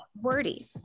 Wordy